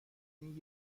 این